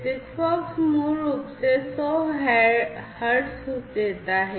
SIGFOX मूल रूप से 100 hertz देता है